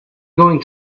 going